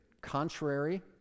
contrary